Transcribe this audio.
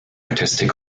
artistic